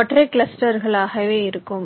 ஒற்றைக் கிளஸ்ட்டர்ஸ்களாகவே இருக்கும்